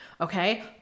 Okay